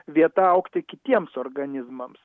vieta augti kitiems organizmams